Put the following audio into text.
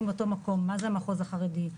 נהיה באותו מקום על מה זה המחוז החרדי,